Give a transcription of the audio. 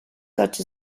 such